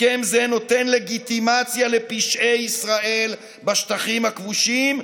הסכם זה נותן לגיטימציה לפשעי ישראל בשטחים הכבושים,